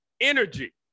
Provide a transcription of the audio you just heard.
energy